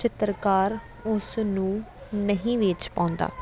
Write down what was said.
ਚਿੱਤਰਕਾਰ ਉਸ ਨੂੰ ਨਹੀਂ ਵੇਚ ਪਾਉਂਦਾ